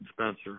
Spencer